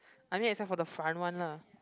I mean except for the front one lah